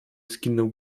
skinął